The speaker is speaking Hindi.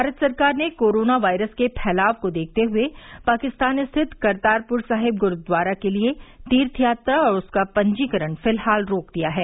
भारत सरकार ने कोरोना वायरस के फैलाव को देखते हुए पाकिस्तान स्थित करतारपुर सााहिब गुरूद्वारा के लिए तीर्थयात्रा और उसका पंजीकरण फिलहाल रोक दिया है